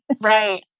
right